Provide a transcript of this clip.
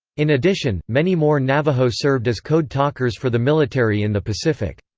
in addition, many more navajo served as code talkers for the military in the pacific.